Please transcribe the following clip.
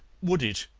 would it?